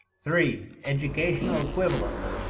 three. educational equivalents.